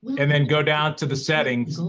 and then go down to the settings,